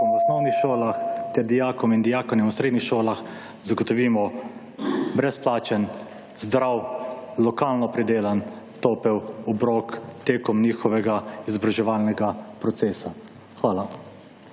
v osnovnih šolah ter dijakom in dijakinjam v srednjih šolah zagotovimo brezplačen, zdrav, lokalno pridelan topel obrok tekom njihovega izobraževalnega procesa. Hvala.